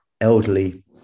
elderly